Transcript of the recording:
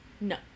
no